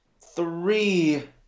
Three